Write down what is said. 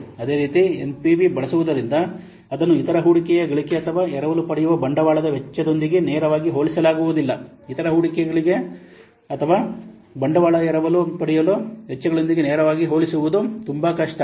ಅದೇ ರೀತಿ ಎನ್ಪಿವಿ ಬಳಸುವುದರಿಂದ ಅದನ್ನು ಇತರ ಹೂಡಿಕೆಯ ಗಳಿಕೆ ಅಥವಾ ಎರವಲು ಪಡೆಯುವ ಬಂಡವಾಳದ ವೆಚ್ಚದೊಂದಿಗೆ ನೇರವಾಗಿ ಹೋಲಿಸಲಾಗುವುದಿಲ್ಲ ಇತರ ಹೂಡಿಕೆಗಳ ಗಳಿಕೆ ಅಥವಾ ಬಂಡವಾಳವನ್ನು ಎರವಲು ಪಡೆಯುವ ವೆಚ್ಚಗಳೊಂದಿಗೆ ನೇರವಾಗಿ ಹೋಲಿಸುವುದು ತುಂಬಾ ಕಷ್ಟ